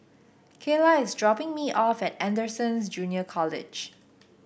Kaela is dropping me off at Anderson's Junior College